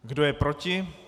Kdo je proti?